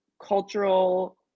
cultural